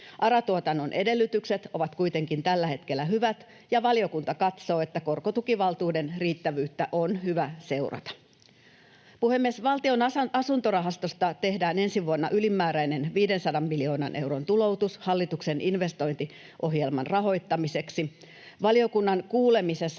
ARA-tuotannon edellytykset ovat kuitenkin tällä hetkellä hyvät, ja valiokunta katsoo, että korkotukivaltuuden riittävyyttä on hyvä seurata. Puhemies! Valtion asuntorahastosta tehdään ensi vuonna ylimääräinen 500 miljoonan euron tuloutus hallituksen investointiohjelman rahoittamiseksi. Valiokunnan kuulemisessa